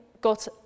got